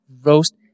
roast